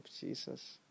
Jesus